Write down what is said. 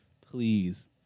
Please